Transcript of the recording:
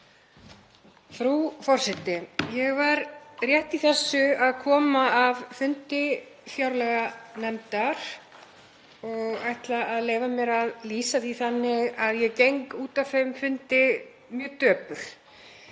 Frú forseti. Ég var rétt í þessu að koma af fundi fjárlaganefndar. Ég ætla að leyfa mér að lýsa því þannig að ég geng út af þeim fundi mjög döpur.